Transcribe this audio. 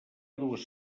dues